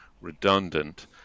redundant